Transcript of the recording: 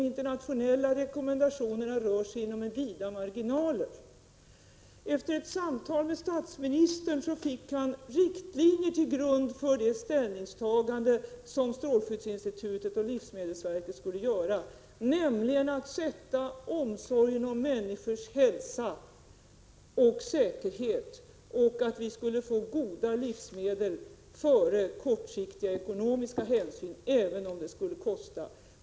De internationella rekommendationerna rör sig inom vida marginaler. Efter ett samtal med statsministern fick Gunnar Bengtsson riktlinjer till grund för de ställningstaganden som strålskyddsinstitutet och livsmedelsverket skulle göra, nämligen riktlinjerna att sätta omsorgen om människors hälsa och säkerhet och förutsättningarna för att vi skulle få goda livsmedel före kortsiktiga ekonomiska hänsyn, även om det skulle kosta.